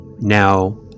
Now